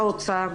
האוצר,